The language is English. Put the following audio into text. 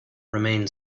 remain